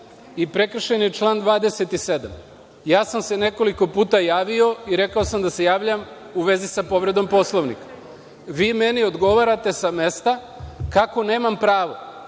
i prekršen je član 27. Ja sam se nekoliko puta javio i rekao sam da se javljam u vezi sa povredom Poslovnika. Vi meni odgovarate sa mesta kako nemam pravo.